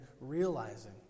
realizing